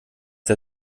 der